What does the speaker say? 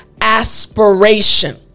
aspiration